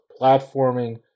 platforming